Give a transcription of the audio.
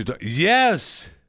Yes